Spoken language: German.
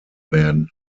werden